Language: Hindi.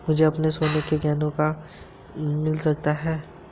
मुझे अपने सोने के गहनों पर ऋण कहां से मिल सकता है?